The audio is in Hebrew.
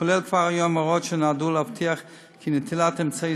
כולל כבר היום הוראות שנועדו להבטיח כי נטילת אמצעי